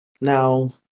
Now